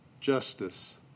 Justice